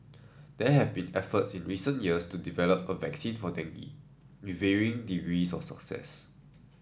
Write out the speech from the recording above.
there have been efforts in recent years to develop a vaccine for dengue with varying degrees of success